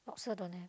lobster don't have